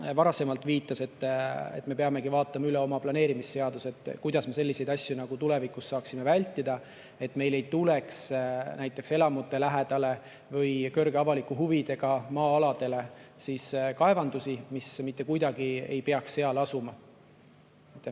varasemalt viitas. Me peamegi vaatama üle oma planeerimisseaduse, kuidas me selliseid asju tulevikus saaksime vältida, et meil ei tuleks näiteks elamute lähedale või suure avaliku huviga maa-aladele kaevandusi, mis mitte kuidagi ei peaks seal asuma. Kalvi